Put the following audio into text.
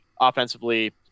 offensively